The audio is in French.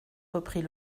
reprit